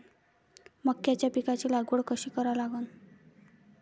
मक्याच्या पिकाची लागवड कशी करा लागन?